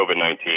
COVID-19